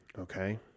Okay